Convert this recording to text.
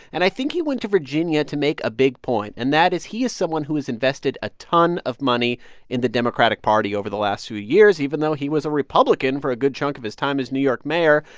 and i think he went to virginia to make a big point. and that is he is someone who has invested a ton of money in the democratic party over the last few years, even though he was a republican for a good chunk of his time as new york mayor.